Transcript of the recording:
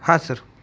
हा सर